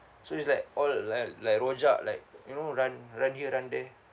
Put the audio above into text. so it's like all like like rojak like you know run run here run there